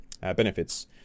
benefits